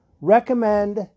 recommend